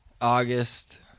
August